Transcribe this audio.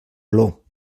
olor